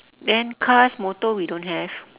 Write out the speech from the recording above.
then cars motor we don't have